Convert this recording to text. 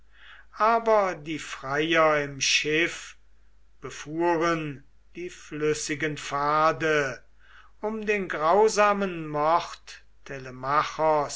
aber die freier im schiffe befuhren die flüssigen pfade um den grausamen mord